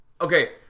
okay